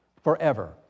Forever